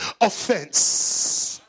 offense